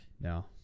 No